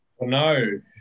no